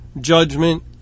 judgment